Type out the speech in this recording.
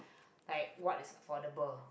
like what is affordable